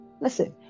listen